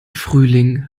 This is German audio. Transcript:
frühling